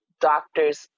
doctors